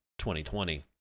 2020